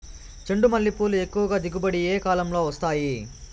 చెండుమల్లి పూలు ఎక్కువగా దిగుబడి ఏ కాలంలో వస్తాయి